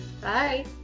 Bye